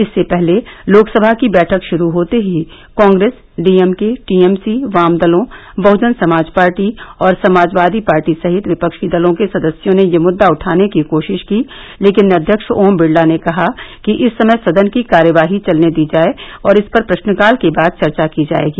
इससे पहले लोकसभा की बैठक शुरू होते ही कांप्रेस डीएमके टीएमसी वामदलों बहजन समाज पार्टी और समाजवादी पार्टी सहित विपक्षी दलों के सदस्यों ने यह मुद्दा उठाने की कोशिश की लेकिन अध्यक्ष ओम बिडला ने कहा कि इस समय सदन की कार्यवाही चलने दी जाए और इस पर प्रश्नकाल के बाद चर्चा की जाएगी